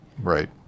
Right